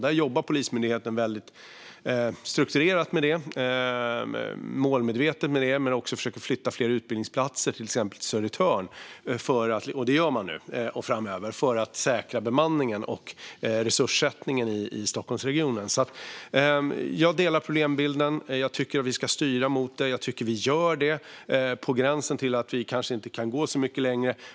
Där jobbar Polismyndigheten strukturerat och målmedvetet med detta, och man försöker också flytta fler utbildningsplatser till exempelvis Södertörn för att säkra bemanningen och resurssättningen i Stockholmsregionen. Jag delar problembilden. Jag tycker att vi ska styra mot detta, och jag tycker att vi gör det. Det är på gränsen till att vi kanske inte kan gå så mycket längre.